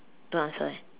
don't answer leh